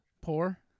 Poor